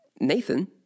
Nathan